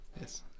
yes